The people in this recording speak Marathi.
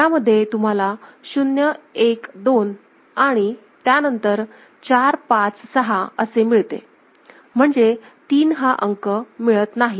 यामध्ये तुम्हाला 0 1 2 आणि त्यानंतर 4 5 6 असे मिळते म्हणजे तीन हा अंक मिळत नाही